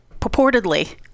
purportedly